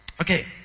Okay